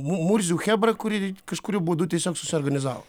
murzių chebra kuri kažkuriuo būdu tiesiog susiorganizavo